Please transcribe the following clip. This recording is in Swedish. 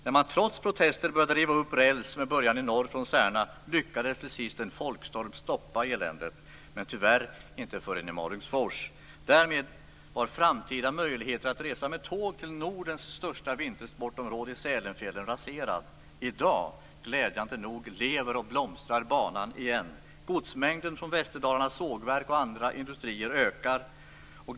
När man trots protester började riva upp räls, med början i norr från Särna, lyckades till sist en folkstorm stoppa eländet - men tyvärr inte förrän i Malungsfors. Därmed var framtida möjligheter att resa med tåg till Nordens största vintersportområde i Sälenfjällen raserad. I dag, glädjande nog, lever och blomstrar banan igen. Godsmängden från Västerdalarnas sågverk och andra industrier ökar.